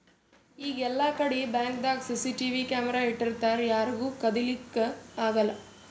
ಈಗ್ ಎಲ್ಲಾಕಡಿ ಬ್ಯಾಂಕ್ದಾಗ್ ಸಿಸಿಟಿವಿ ಕ್ಯಾಮರಾ ಇಟ್ಟಿರ್ತರ್ ಯಾರಿಗೂ ಕದಿಲಿಕ್ಕ್ ಆಗಲ್ಲ